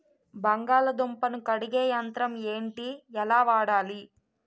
బంగాళదుంప ను కడిగే యంత్రం ఏంటి? ఎలా వాడాలి?